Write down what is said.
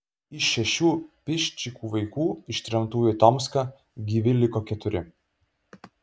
iš šešių piščikų vaikų ištremtų į tomską gyvi liko keturi